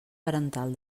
parental